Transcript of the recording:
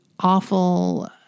Awful